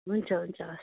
हुन्छ हुन्छ होस्